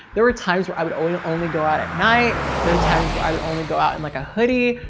there were times where i would only only go out at night. there are times where i would only go out and like a hoodie,